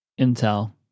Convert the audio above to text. Intel